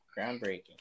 Groundbreaking